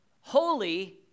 holy